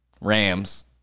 Rams